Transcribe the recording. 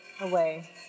away